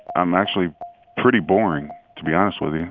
i'm actually pretty boring, to be honest with you